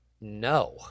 No